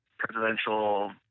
Presidential